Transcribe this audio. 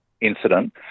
incident